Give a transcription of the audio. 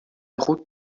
route